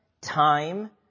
time